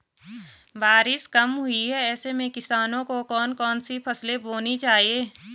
बारिश कम हुई है ऐसे में किसानों को कौन कौन सी फसलें बोनी चाहिए?